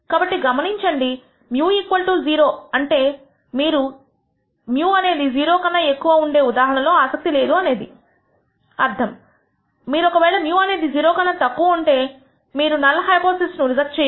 కాబట్టి గమనించండి μ0 అంటే మీరు మీకు μ అనేది 0 కన్నా ఎక్కువ ఉండే ఉదాహరణలో ఆసక్తి లేదు అని అర్థం మీరు ఒక వేళ μ అనేది 0 కన్నా తక్కువ ఉంటే మీరు నల్ హైపోథిసిస్ ను రిజెక్ట్ చేయరు